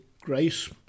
grace